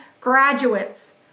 graduates